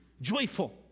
joyful